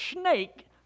snake